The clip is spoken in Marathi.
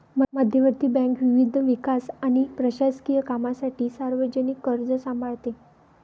मध्यवर्ती बँक विविध विकास आणि प्रशासकीय कामांसाठी सार्वजनिक कर्ज सांभाळते